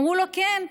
הם אמרו לו: כן,